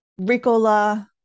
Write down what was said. Ricola